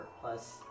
plus